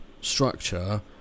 structure